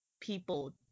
people